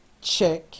check